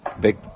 big –